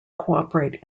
cooperate